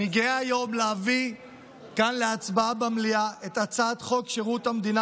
אני גאה היום להביא כאן להצבעה במליאה את הצעת חוק שירות המדינה